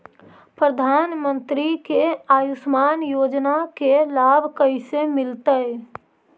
प्रधानमंत्री के आयुषमान योजना के लाभ कैसे मिलतै?